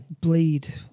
bleed